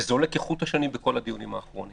זה עובר כחוט השני בכל הדיונים האחרונים.